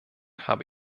habe